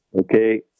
Okay